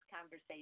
conversation